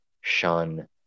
shun